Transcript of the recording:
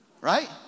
Right